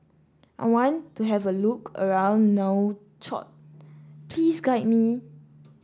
I want to have a look around Nouakchott Please guide me